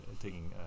taking